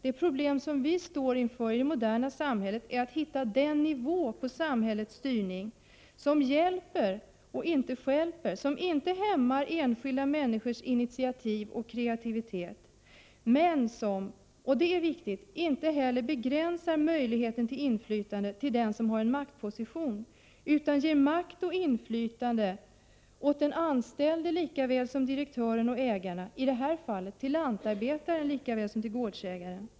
Det problem som vi står inför i det moderna samhället är att hitta den nivå på samhällets styrning som hjälper och inte stjälper och som inte hämmar enskilda människors initiativ och kreativitet. Men styrningen skall, och det är viktigt, inte begränsa möjligheten till inflytande till den som har en maktposition, utan ge makt och inflytande till den anställde lika väl som till direktören och ägaren — i det här fallet till lantarbetaren lika väl som till godsägaren.